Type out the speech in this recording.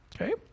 okay